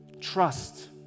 Trust